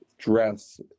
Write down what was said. Dress